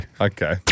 Okay